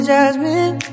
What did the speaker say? Jasmine